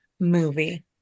movie